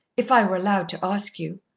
if i were allowed to ask you?